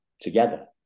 together